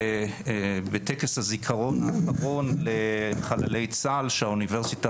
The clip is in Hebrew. ובטקס הזכרון האחרון לחללי צה"ל שהאוניברסיטה